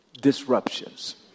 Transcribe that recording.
disruptions